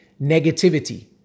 negativity